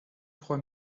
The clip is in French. trois